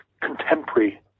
contemporary